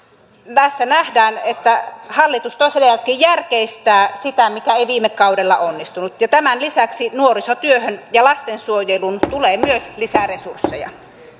tässä nähdään että hallitus tosiaankin järkeistää sitä mikä ei viime kaudella onnistunut tämän lisäksi nuorisotyöhön ja lastensuojeluun tulee myös lisää resursseja